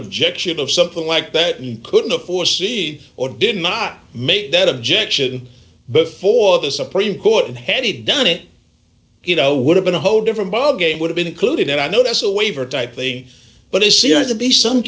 objection of something like that you couldn't a foresee or did not make that objection before the supreme court had he done it you know would have been a whole different ballgame would have been included and i know that's a waiver type thing but it seems to be some